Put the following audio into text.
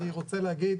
אני רוצה להגיד